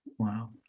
Wow